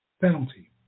penalty